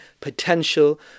Potential